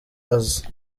azi